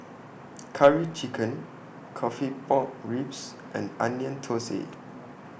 Curry Chicken Coffee Pork Ribs and Onion Thosai